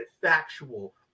factual